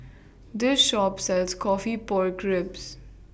This Shop sells Coffee Pork Ribs